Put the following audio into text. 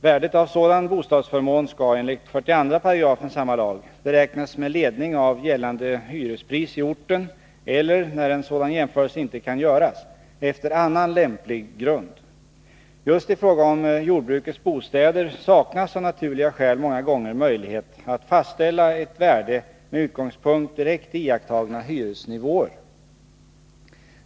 Värdet av sådan bostadsförmån skall enligt 42 § samma lag beräknas med ledning av gällande hyrespris i orten eller, när en sådan jämförelse inte kan göras, efter annan lämplig grund. Just i fråga om jordbrukets bostäder saknas av naturliga skäl många gånger möjlighet att fastställa ett värde med utgångspunkt direkt i iakttagna hyresnivåer.